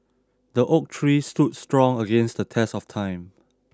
the oak tree stood strong against the test of time